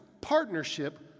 partnership